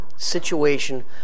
situation